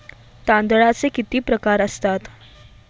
तांदळाचे किती प्रकार असतात?